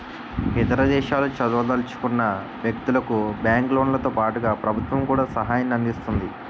ఇతర దేశాల్లో చదవదలుచుకున్న వ్యక్తులకు బ్యాంకు లోన్లతో పాటుగా ప్రభుత్వం కూడా సహాయాన్ని అందిస్తుంది